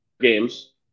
games